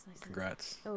congrats